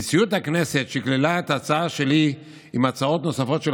נשיאות הכנסת שקללה את ההצעה שלי עם הצעות נוספות של